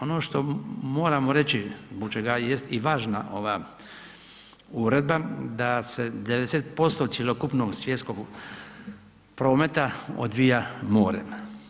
Ono što moramo reći, zbog čega jest i važna ova uredba da se 90% cjelokupnog svjetskog prometa odvija morem.